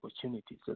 opportunities